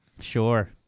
Sure